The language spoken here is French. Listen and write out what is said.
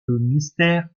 mystère